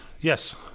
Yes